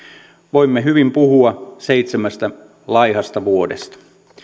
voimme hyvin puhua seitsemästä laihasta vuodesta